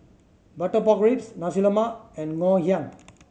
butter pork ribs Nasi Lemak and Ngoh Hiang